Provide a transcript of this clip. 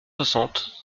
soixante